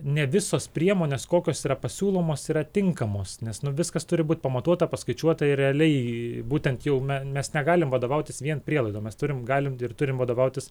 ne visos priemonės kokios yra pasiūlomos yra tinkamos nes nu viskas turi būt pamatuota paskaičiuota ir realiai būtent jau mes negalim vadovautis vien prielaidom mes turim galim ir turim vadovautis